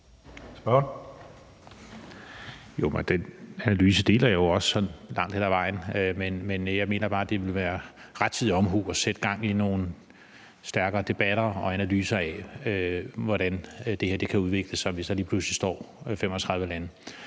Friis Bach (RV): Den analyse deler jeg jo også sådan langt hen ad vejen. Men jeg mener bare, at det ville være rettidig omhu at sætte gang i nogle stærkere debatter og analyser af, hvordan det her kan udvikle sig, hvis der lige pludselig står 35 lande.